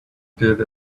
did